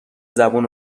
زبون